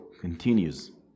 continues